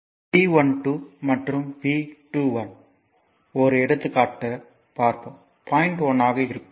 ஆகவே V12 மற்றும் V21 ஒரு எடுத்துகாட்டு பாயிண்ட் 1 ஆக இருக்கும்